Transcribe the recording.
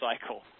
cycle